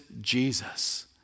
Jesus